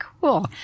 cool